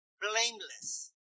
Blameless